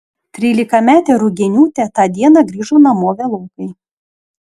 trylikametė rugieniūtė tą dieną grįžo namo vėlokai